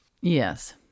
Yes